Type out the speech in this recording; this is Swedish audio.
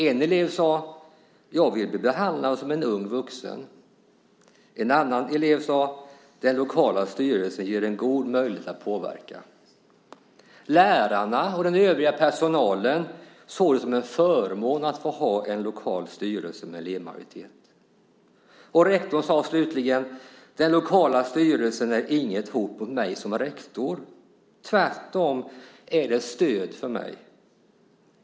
En elev sade: Jag vill bli behandlad som en ung vuxen. En annan elev sade: Den lokala styrelsen ger en god möjlighet att påverka. Lärarna och den övriga personalen såg det som en förmån att ha en lokal styrelse med elevmajoritet. Rektorn sade slutligen: Den lokala styrelsen är inget hot mot mig som är rektor. Tvärtom är den ett stöd för mig.